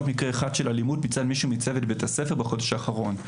מקרה אחד של אלימות מצד מישהו מצוות בית הספר בחודש האחרון.